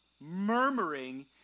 Murmuring